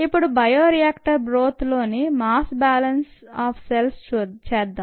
ఇప్పుడు బయోరియాక్టర్ బ్రోత్లోని mass balance on cells చేద్దాం